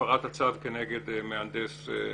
הפרת הצו כנגד מהנדס העיר.